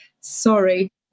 sorry